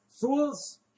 Fools